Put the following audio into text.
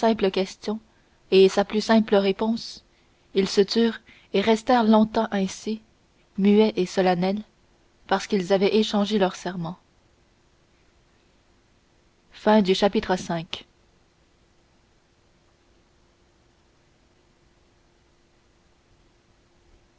simple question et sa plus simple réponse ils se turent et restèrent longtemps ainsi muets et solennels parce qu'ils avaient échangé leurs serments chapitre vi